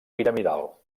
piramidal